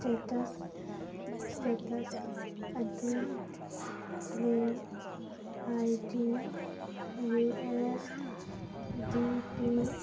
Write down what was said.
status states ꯑꯗꯨ claim I D U S D T